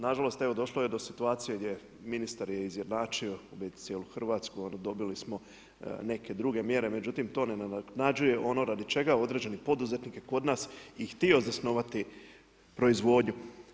Nažalost evo došlo je do situacije gdje ministar je izjednačio u biti cijelu Hrvatsku, dobili smo neke druge mjere, međutim to ne nadoknađuje ono radi čega određeni poduzetnik kod nas i htio zasnovati proizvodnju.